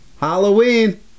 Halloween